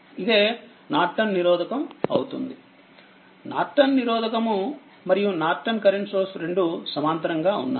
ఇదే నార్టన్ నిరోధకము అవుతుందినార్టన్ నిరోధకము మరియు నార్టన్ కరెంట్ సోర్స్ రెండు సమాంతరంగా వున్నాయి